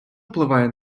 впливає